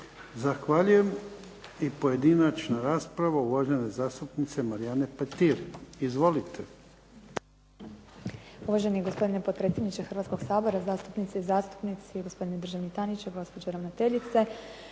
Zahvaljujem. I pojedinačna rasprava uvažene zastupnice Marijane Petir. Izvolite. **Petir, Marijana (HSS)** Uvaženi gospodine potpredsjedniče Hrvatskog sabora, zastupnice i zastupnici, gospodine državni tajniče, gospođo ravnateljice.